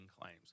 claims